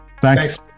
Thanks